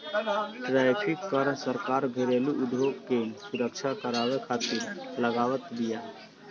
tariff कर सरकार घरेलू उद्योग के सुरक्षा करवावे खातिर लगावत बिया